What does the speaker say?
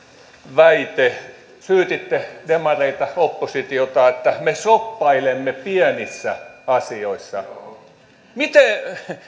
väite syytitte demareita oppositiota että me shoppailemme pienissä asioissa miten